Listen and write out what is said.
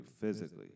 physically